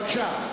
בבקשה.